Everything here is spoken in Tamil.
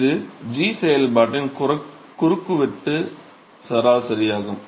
இது g செயல்பாட்டின் குறுக்குவெட்டு சராசரியாகும்